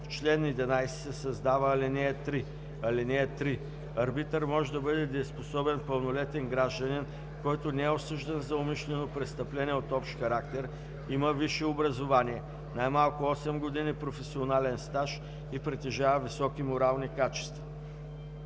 чл. 11 се създава ал. 3: „ (3) Арбитър може да бъде дееспособен пълнолетен гражданин, който не е осъждан за умишлено престъпление от общ характер, има висше образование, най-малко 8 години професионален стаж и притежава високи морални качества.“